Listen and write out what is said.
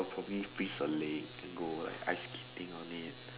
will probably freeze a lake and like go ice skating on it